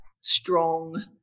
strong